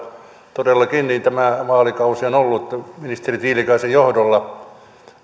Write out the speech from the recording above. todellakin tämä vaalikausi on ollut ministeri tiilikaisen johdolla